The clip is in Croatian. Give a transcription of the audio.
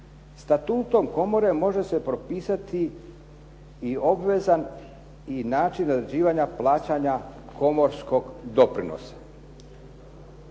Statutom komore može se propisati i obvezan način razrađivanja plaćanja komorskog doprinosa.